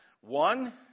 One